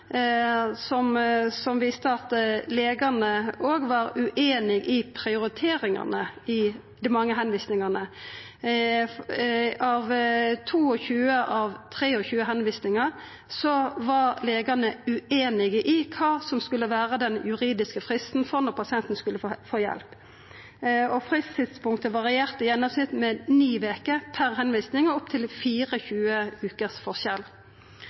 som viste at legane òg var ueinige i prioriteringane i dei mange tilvisingane. I 22 av 23 tilvisingar var legane ueinige i kva som skulle vera den juridiske fristen for når pasienten skulle få hjelp, og fristtidspunktet varierte i gjennomsnitt med 9 veker per tilvising og opp til 24 vekers forskjell.